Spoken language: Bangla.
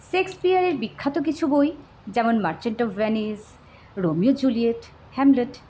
শেক্সপিয়ারের বিখ্যাত কিছু বই যেমন merchant of Venice Romeo Juliet Hamlet